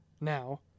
now